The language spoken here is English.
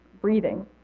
breathing